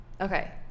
Okay